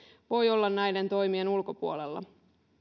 voi olla näiden toimien ulkopuolella